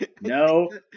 no